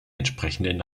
entsprechenden